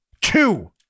Two